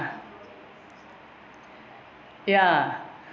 ya